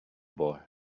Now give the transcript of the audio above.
boy